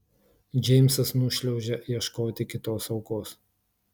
džeimsas nušliaužia ieškoti kitos aukos